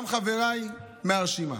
גם חבריי מהרשימה: